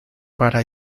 para